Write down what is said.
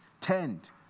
tend